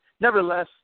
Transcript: nevertheless